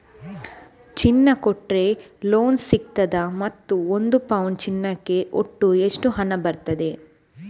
ಚಿನ್ನ ಕೊಟ್ರೆ ಲೋನ್ ಸಿಗ್ತದಾ ಮತ್ತು ಒಂದು ಪೌನು ಚಿನ್ನಕ್ಕೆ ಒಟ್ಟು ಎಷ್ಟು ಹಣ ಬರ್ತದೆ?